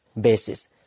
basis